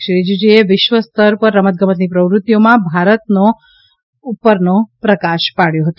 શ્રી રીજીજુએ વિશ્વસ્તર ઉપર રમતગમતની પ્રવૃત્તિઓમાં ભારતનો ઉપર પ્રકાશ પાડ્યો હતો